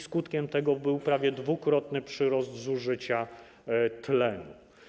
Skutkiem tego był prawie dwukrotny przyrost zużycia tlenu.